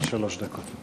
שלוש דקות.